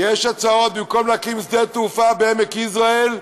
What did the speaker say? יש הצעות, במקום להקים שדה תעופה בעמק יזרעאל,